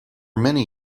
many